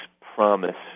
promise